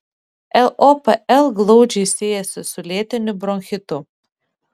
lopl glaudžiai siejasi su lėtiniu bronchitu